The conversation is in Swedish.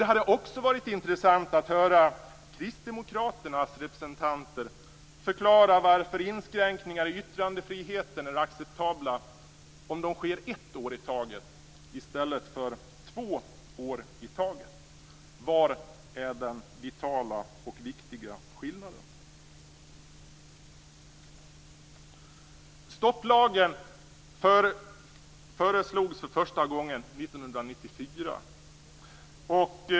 Det hade också varit intressant att höra kristdemokraternas representanter förklara varför inskränkningar i yttrandefriheten är acceptabla om de sker ett år i taget i stället för två år i taget. Var är den vitala och viktiga skillnaden? Stopplagen föreslogs för första gången 1994.